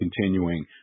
continuing